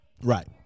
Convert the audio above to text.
Right